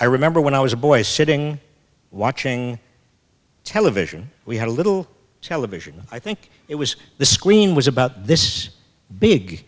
i remember when i was a boy sitting watching television we had a little television i think it was the screen was about this big